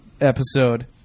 episode